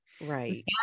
Right